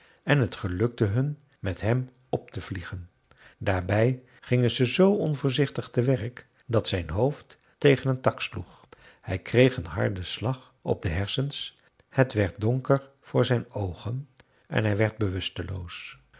en het gelukte hun met hem op te vliegen daarbij gingen ze zoo onvoorzichtig te werk dat zijn hoofd tegen een tak sloeg hij kreeg een harden slag op de hersens het werd donker voor zijn oogen en hij werd bewusteloos